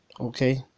Okay